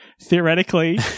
theoretically